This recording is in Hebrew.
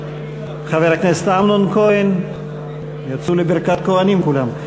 חבר הכנסת אמנון כהן, יצאו לברכת כוהנים כולם.